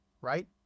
Right